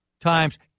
times